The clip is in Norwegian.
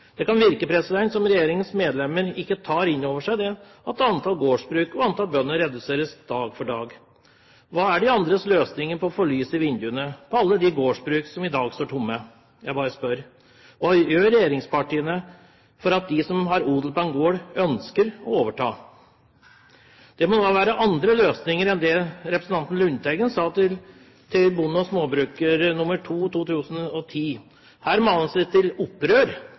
Det kan virke som om regjeringens medlemmer ikke tar inn over seg at antall gårdsbruk og antall bønder reduseres dag for dag. Hva er de andres løsninger for å få lys i vinduene på alle de gårdsbruk som i dag står tomme? – jeg bare spør. Hva gjør regjeringspartiene for dem som har odel på en gård og ønsker å overta? Det må da være andre løsninger enn det representanten Lundteigen sa til Bonde og Småbruker nr. 2 for 2010. Her manes det til opprør.